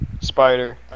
Spider